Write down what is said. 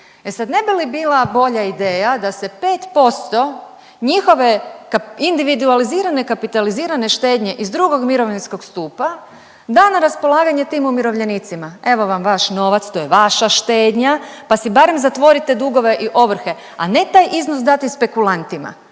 e sad ne bi li bila bolja ideja da se 5% njihove individualizirane kapitalizirane štednje iz drugog mirovinskog stupa da na raspolaganje tim umirovljenicima. Evo vam vaš novac, to je vaša štednja pa si barem zatvorite dugove i ovrhe, a ne taj iznos dati spekulantima